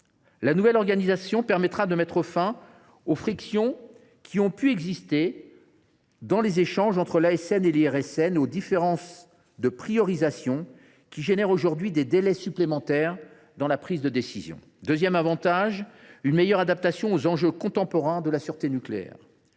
La nouvelle organisation permettra de mettre fin aux frictions qui ont pu se produire dans les échanges entre l’ASN et l’IRSN, ainsi qu’aux différences de priorisation, qui donnent lieu aujourd’hui à des délais supplémentaires dans la prise de décision. Le deuxième avantage est une meilleure adaptation aux enjeux contemporains de la sûreté nucléaire.